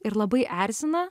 ir labai erzina